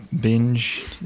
binge